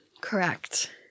Correct